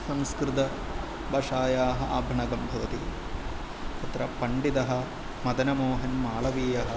संस्कृतभाषायाः आभणकं भवति तत्र पण्डितः मदनमोहनमालवीया